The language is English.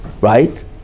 right